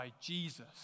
Jesus